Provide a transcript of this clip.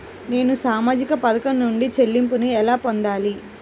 నేను సామాజిక పథకం నుండి చెల్లింపును ఎలా పొందాలి?